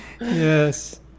yes